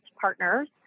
Partners